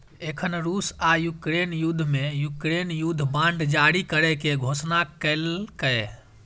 एखन रूस आ यूक्रेन युद्ध मे यूक्रेन युद्ध बांड जारी करै के घोषणा केलकैए